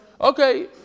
Okay